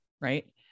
right